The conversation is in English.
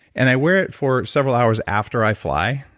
and i wear it for several hours after i fly.